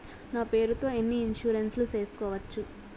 నా పేరుతో ఎన్ని ఇన్సూరెన్సులు సేసుకోవచ్చు?